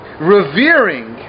revering